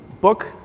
book